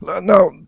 Now